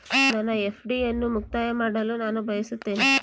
ನನ್ನ ಎಫ್.ಡಿ ಅನ್ನು ಮುಕ್ತಾಯ ಮಾಡಲು ನಾನು ಬಯಸುತ್ತೇನೆ